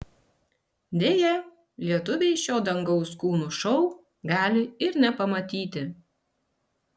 deja lietuviai šio dangaus kūnų šou gali ir nepamatyti